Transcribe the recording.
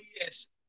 yes